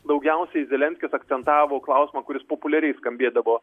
daugiausiai zelenskis akcentavo klausimą kuris populiariai skambėdavo